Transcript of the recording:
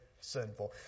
sinful